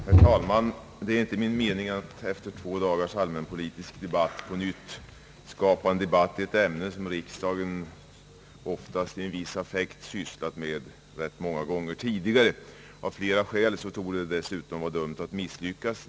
Herr talman! Det är inte min mening att efter två dagars allmänpolitisk debatt på nytt skapa en debatt i ett ämne som riksdagen oftast med en viss affekt sysslat med många gånger tidigare. Av flera skäl torde det dessutom vara dömt att misslyckas.